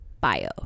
bio